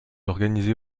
organisé